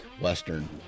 Western